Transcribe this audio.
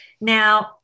Now